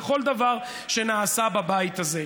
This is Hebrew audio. על כל דבר שנעשה בבית הזה,